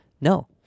No